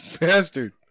bastard